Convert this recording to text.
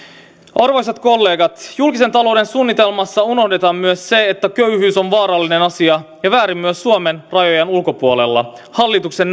arvoisat kollegat julkisen talouden suunnitelmassa unohdetaan myös se että köyhyys on vaarallinen asia ja väärin myös suomen rajojen ulkopuolella hallituksen